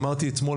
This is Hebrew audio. אמרתי אתמול,